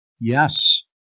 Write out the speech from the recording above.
yes